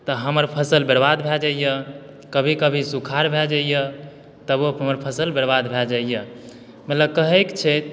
तऽ हमर फसल बरबाद भय जाइया कभी कभी सुखार भय जाइया तबो हमर फसल बरबाद भय जाइया मतलब कहैक छै